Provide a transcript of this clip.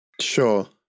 Sure